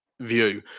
view